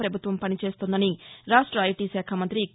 ప్రభుత్వం పనిచేస్తోందని రాష్ట ఐటీ శాఖ మంతి కే